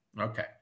Okay